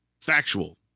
factual